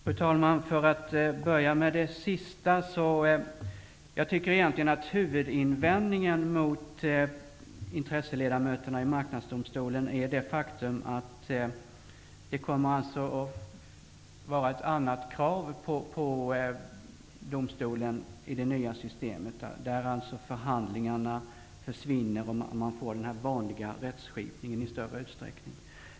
Fru talman! För att börja med det sista tycker jag egentligen att huvudinvändningen mot intresseledamöterna i Marknadsdomstolen är att det kommer att ställas ett annat krav på domstolen i det nya systemet, där förhandlingarna försvinner och man i större utsträckning får den vanliga rättskipningen.